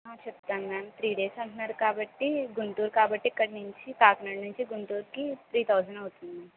చెప్తాను ma'am three days అంటున్నారు కాబట్టి గుంటూరు కాబట్టి ఇక్కడి నుంచి కాకినాడ నుంచి గుంటూరుకి త్రీ థౌసండ్ అవుతుంది మ్యామ్